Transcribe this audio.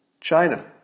China